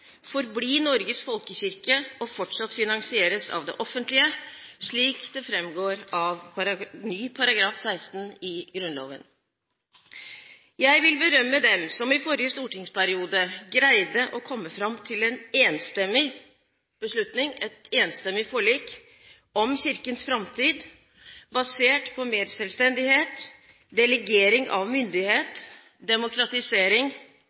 Norges folkekirke og fortsatt finansieres av det offentlige, slik det framgår av ny § 16 i Grunnloven. Jeg vil berømme dem som i forrige stortingsperiode greide å komme fram til en enstemmig beslutning, et enstemmig forlik, om Kirkens framtid, basert på mer selvstendighet, delegering av myndighet, demokratisering,